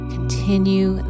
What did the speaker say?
Continue